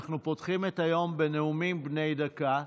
אנחנו פותחים את היום בנאומים בני דקה.